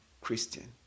Christian